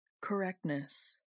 correctness